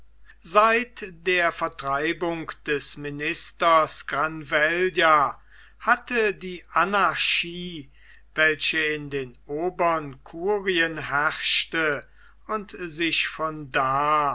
seit der vertreibung des ministers granvella hatte die anarchie welche in den obern curien herrschte und sich von da